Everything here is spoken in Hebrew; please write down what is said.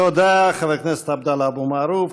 תודה, חבר הכנסת עבדאללה אבו מערוף.